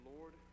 Lord